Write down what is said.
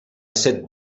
set